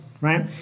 right